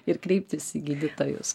ir kreiptis į gydytojus